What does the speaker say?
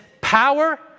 power